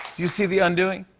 you see the undoing?